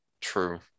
True